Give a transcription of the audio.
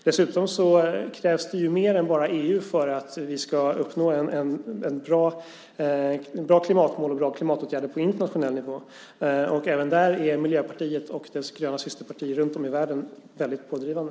Dessutom krävs det mer än bara EU för att vi ska uppnå bra klimatmål och bra klimatåtgärder på internationell nivå. Även där är Miljöpartiet och dess gröna systerpartier runtom i världen väldigt pådrivande.